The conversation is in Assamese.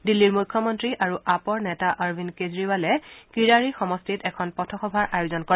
দিল্লীৰ মুখ্যমন্ত্ৰী আৰু আপৰ নেতা অৰবিন্দ কেজৰিৱালে কিৰাৰি সমষ্টিত এখন পথসভাৰ আয়োজন কৰে